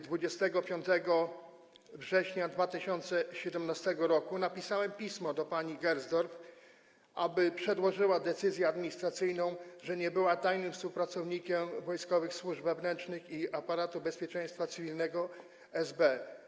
25 września 2017 r. napisałem pismo do pani Gersdorf, aby przedłożyła decyzję administracyjną, że nie była tajnym współpracownikiem Wojskowych Służb Wewnętrznych i aparatu bezpieczeństwa cywilnego SB.